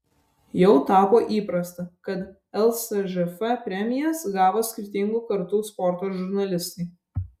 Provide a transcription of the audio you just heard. jau tapo įprasta kad lsžf premijas gavo skirtingų kartų sporto žurnalistai